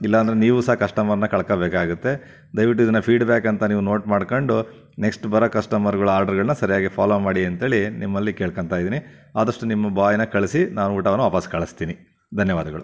ಇಲ್ಲ ಅಂದರೆ ನೀವು ಸಹ ಕಸ್ಟಮರ್ನ ಕಳ್ಕೊಬೇಕಾಗುತ್ತೆ ದಯವಿಟ್ಟು ಇದನ್ನು ಫ಼ೀಡ್ಬ್ಯಾಕ್ ಅಂತ ನೀವು ನೋಟ್ ಮಾಡ್ಕೊಂಡು ನೆಕ್ಸ್ಟ್ ಬರೊ ಕಸ್ಟಮರ್ಗಳು ಆರ್ಡ್ರಗಳನ್ನು ಸರಿಯಾಗಿ ಫ಼ಾಲೋ ಮಾಡಿ ಅಂಥೇಳಿ ನಿಮ್ಮಲ್ಲಿ ಕೇಳ್ಕೋಂತಯಿದ್ದೀನಿ ಆದಷ್ಟು ನಿಮ್ಮ ಬಾಯ್ನ ಕಳಿಸಿ ನಾವು ಊಟವನ್ನು ವಾಪಾಸ್ಸು ಕಳಿಸ್ತೀನಿ ಧನ್ಯವಾದಗಳು